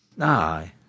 Aye